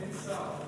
אין שר.